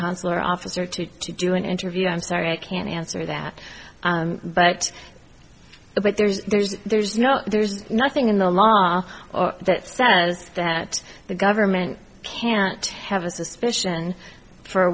consular officer to do an interview i'm sorry i can't answer that but but there's there's there's no there's nothing in the law that says that the government can't have a suspicion for